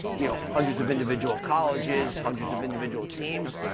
you know hundreds of individual colleges, hundreds of individual teams,